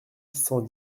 cent